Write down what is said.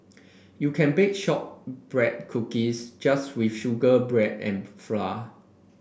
you can bake shortbread cookies just with sugar bread and flour